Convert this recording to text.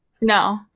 No